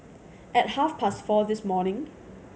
at half past four this morning